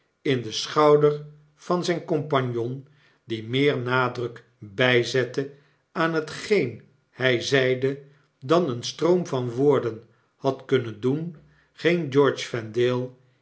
in den schouder van zgn compagnon die meer nadruk bgzette aan hetgeen hg zeide dan een stroom van woorden had kunnen doen ging